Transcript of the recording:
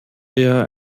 eher